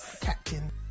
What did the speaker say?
captain